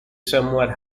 somewhat